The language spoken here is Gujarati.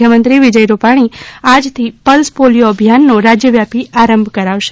મુખ્યમંત્રી વિજય રૂપાણી આજથી પલ્સ પોલીયો અભિયાનનો રાજ્યવ્યાપી આરંભ કરાવશે